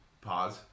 Pause